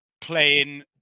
playing